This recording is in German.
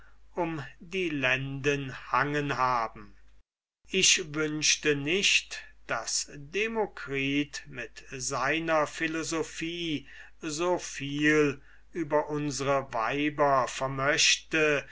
um die lenden hangen haben ich wünschte nicht daß demokritus mit seiner philosophie soviel über unsre weiber vermöchte